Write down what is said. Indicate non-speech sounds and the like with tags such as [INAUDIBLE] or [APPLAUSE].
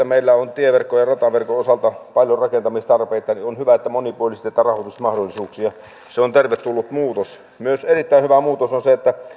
[UNINTELLIGIBLE] meillä on tieverkon ja rataverkon osalta paljon rakentamistarpeita ja on hyvä että monipuolistetaan rahoitusmahdollisuuksia se on tervetullut muutos myös erittäin hyvä muutos on se että